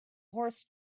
horse